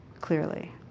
clearly